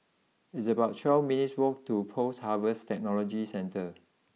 it's about twelve minutes walk to post Harvest Technology Centre